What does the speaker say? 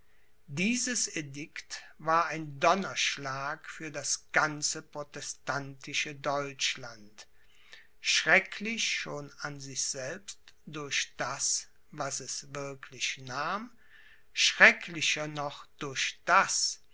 dieses edikt war ein donnerschlag für das ganze protestantische deutschland schrecklich schon an sich selbst durch das was es wirklich nahm schrecklicher noch durch das